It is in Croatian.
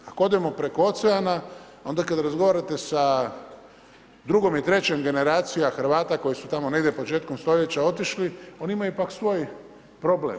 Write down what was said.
Ako odemo preko oceana, onda kad razgovarate sa drugom i trećom generacijom Hrvata koji su tamo negdje početkom stoljeća otišli, oni imaju pak svoj problem.